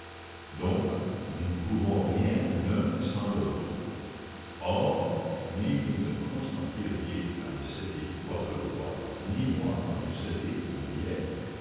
donc nous ne pouvons rien l'un sans l'autre or ni vous ne consentiriez à me céder votre droit ni moi à vous céder mon billet